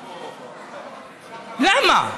למה?